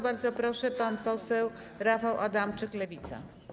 Bardzo proszę, pan poseł Rafał Adamczyk, Lewica.